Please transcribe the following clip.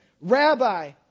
Rabbi